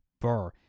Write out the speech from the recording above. Burr